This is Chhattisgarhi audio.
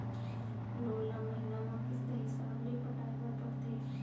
लोन ल महिना म किस्त हिसाब ले पटाए बर परथे